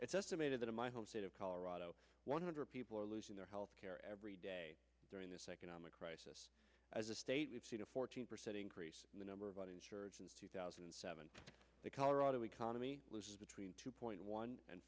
it's estimated that in my home state of colorado one hundred people are losing their health care every day during this economic crisis as a state we've seen a fourteen percent increase in the number of uninsured since two thousand and seven the colorado economy between two point one and